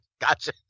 Gotcha